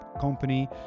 company